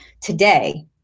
today